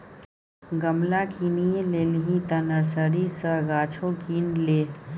गमला किनिये लेलही तँ नर्सरी सँ गाछो किन ले